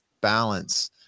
balance